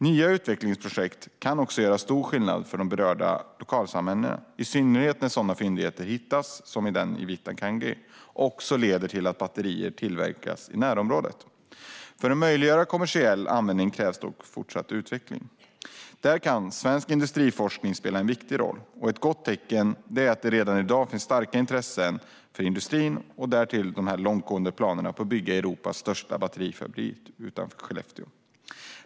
Nya utvecklingsprojekt kan göra stor skillnad för de berörda lokalsamhällena, i synnerhet när fyndigheter som den i Vittangi också leder till att batterier tillverkas i närområdet. För att möjliggöra en kommersiell användning krävs dock fortsatt utveckling. Där kan svensk industriforskning spela en viktig roll. Ett gott tecken är att det redan i dag finns starka intressen från industrin och därtill långtgående planer på att bygga Europas största batterifabrik utanför Skellefteå.